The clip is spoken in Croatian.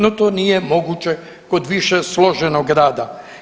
No, to nije moguće kod više složenog rada.